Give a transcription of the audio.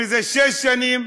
זה שש שנים,